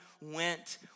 went